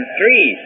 three